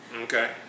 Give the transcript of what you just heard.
Okay